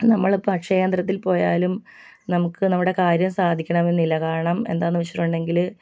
നമ്മൾ ഇപ്പോൾ അക്ഷയ കേന്ദ്രത്തിൽ പോയാലും നമുക്ക് നമ്മുടെ കാര്യം സാധിക്കണമെന്നില്ല കാരണം എന്താന്ന് വച്ചിട്ടുണ്ടെങ്കിൽ